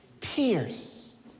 pierced